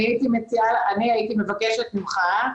אני מבקשת ממך,